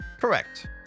Correct